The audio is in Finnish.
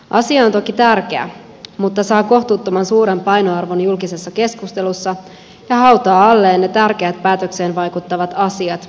asia on toki tärkeä mutta saa kohtuuttoman suuren painoarvon julkisessa keskustelussa ja hautaa alleen ne tärkeät päätökseen vaikuttavat asiat